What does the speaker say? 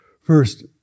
First